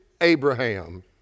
Abraham